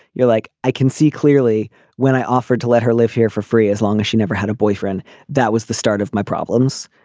you're like i can see clearly when i offered to let her live here for free as long as she never had a boyfriend that was the start of my problems.